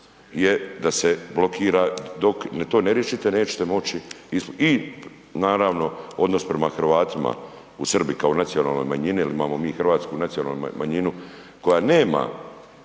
je da se blokira, dok to ne riješite nećete moći i naravno, odnos prema u Hrvatima u Srbiji kao nacionalne manjine jer imamo mi hrvatsku nacionalnu manjinu koja nema